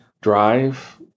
Drive